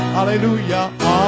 Hallelujah